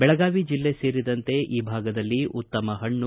ಬೆಳಗಾವಿ ಜಿಲ್ಲೆ ಸೇರಿದಂತೆ ಈ ಭಾಗದಲ್ಲಿ ಉತ್ತಮ ಹಣ್ಣು